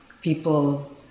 people